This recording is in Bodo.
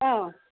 औ